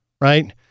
right